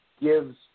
gives